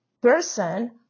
person